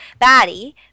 Baddie